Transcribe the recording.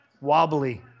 Wobbly